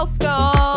welcome